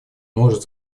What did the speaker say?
может